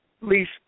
least